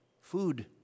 Food